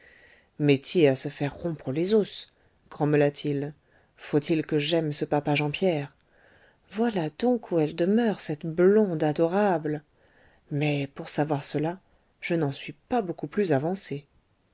métier à se faire rompre les os grommela-t-il faut-il que j'aime ce papa jean pierre voilà donc où elle demeure cette blonde adorable mais pour savoir cela je n'en suis pas beaucoup plus avancé